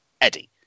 Eddie